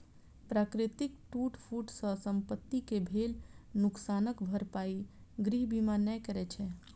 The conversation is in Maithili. प्राकृतिक टूट फूट सं संपत्ति कें भेल नुकसानक भरपाई गृह बीमा नै करै छै